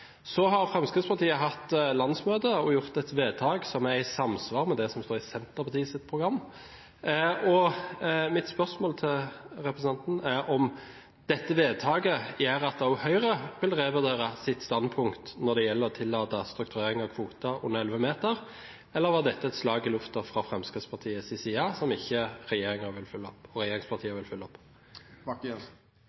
Så har Fremskrittspartiet hatt landsmøte og gjort et vedtak som er i samsvar med det som står i Senterpartiets program. Mitt spørsmål til representanten er om dette vedtaket gjør at også Høyre vil revurdere sitt standpunkt når det gjelder å tillate strukturering av kvoter for fartøy under 11 meter – eller var dette et slag i luften fra Fremskrittspartiets side som regjeringen og regjeringspartiene ikke vil følge opp?